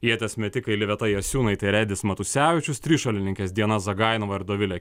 ieties metikai liveta jasiūnaitė ir edis matusevičius trišuolininkės diana zagainova ir dovilė